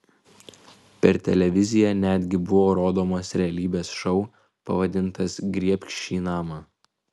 per televiziją netgi buvo rodomas realybės šou pavadintas griebk šį namą